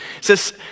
says